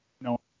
No